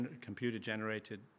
computer-generated